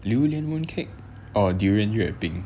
榴莲 mooncake or durian 月饼